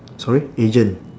sorry agent